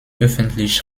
öffentlich